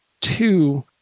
two